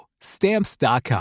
Stamps.com